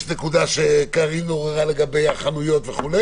יש נקודה שקארין עוררה לגבי החנויות וכו',